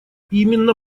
именно